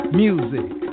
music